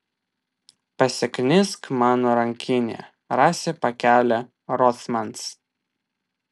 pasiknisk mano rankinėje rasi pakelį rothmans